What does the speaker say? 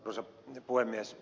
arvoisa puhemies